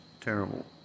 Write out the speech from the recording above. terrible